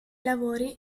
lavori